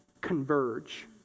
converge